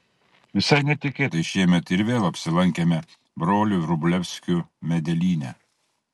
visai netikėtai šiemet ir vėl apsilankėme brolių vrublevskių medelyne